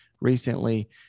recently